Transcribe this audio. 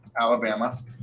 Alabama